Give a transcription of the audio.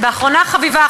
ואחרונה חביבה,